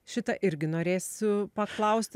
šitą irgi norėsiu paklausti